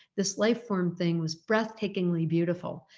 this life-form thing was breathtakingly beautiful,